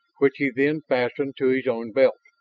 which he then fastened to his own belt.